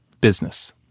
business